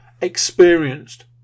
experienced